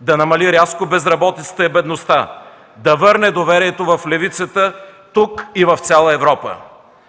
да намали рязко безработицата и бедността, да върне доверието в левицата тук и в цяла Европа!